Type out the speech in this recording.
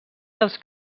dels